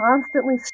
constantly